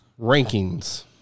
rankings